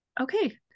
Okay